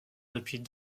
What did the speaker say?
depuis